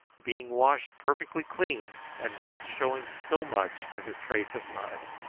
being washed perfectly clean and not showing so much as a trace of mud.